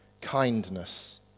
kindness